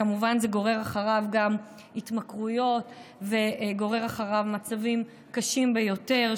כמובן זה גורר גם התמכרויות וגורר מצבים קשים ביותר,